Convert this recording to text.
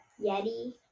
Yeti